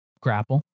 grapple